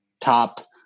top